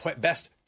best